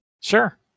sure